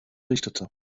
richtete